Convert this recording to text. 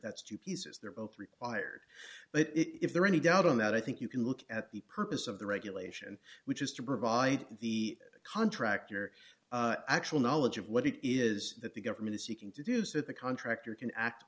that's two pieces they're both required but if there are any doubt on that i think you can look at the purpose of the regulation which is to provide the contractor actual knowledge of what it is that the government is seeking to do so the contractor can act